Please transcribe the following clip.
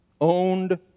Owned